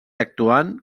actuant